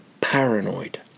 paranoid